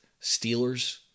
Steelers